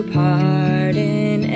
pardon